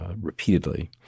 repeatedly